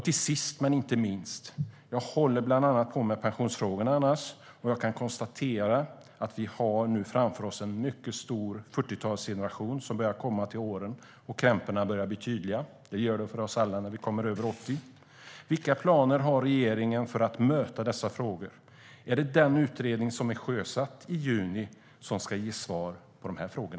Till sist, men inte minst: Jag brukar arbeta med bland annat pensionsfrågorna, och jag kan konstatera att vi nu har en mycket stor 40-talsgeneration framför oss som börjar komma upp i åren. Då börjar krämporna bli tydliga. Så blir det för oss alla när vi kommer över 80 år. Vilka planer har regeringen för att möta dessa frågor? Är det den utredning som sjösattes i juni som ska ge svar på dessa frågor?